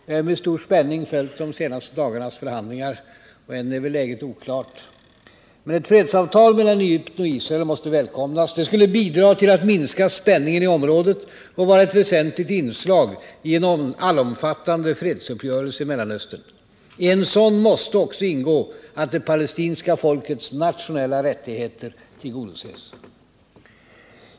Jag har med stor spänning följt de senaste dagarnas förhandlingar. Än är väl läget oklart, men ett fredsavtal mellan Egypten och Israel måste välkomnas. Det skulle bidra till att minska spänningen i området och vara ett väsentligt inslag i en allomfattande fredsuppgörelse i Mellanöstern. I en sådan måste också ingå att det palestinska folkets nationella rättigheter tillgodoses.